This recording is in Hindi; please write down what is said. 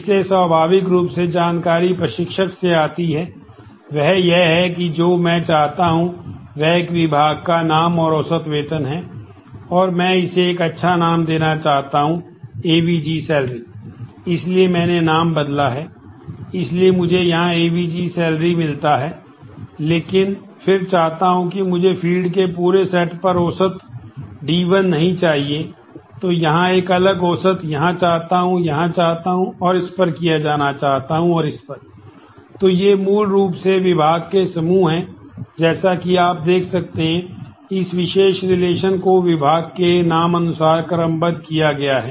इसलिए स्वाभाविक रूप से जानकारी प्रशिक्षक से आती है वह यह है कि जो मैं चाहता हूं वह एक विभाग का नाम और औसत वेतन है और मैं इसे एक अच्छा नाम देना चाहता हूं एवीजी सैलेरी को विभाग के नाम अनुसार क्रमबद्ध किया गया है